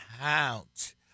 count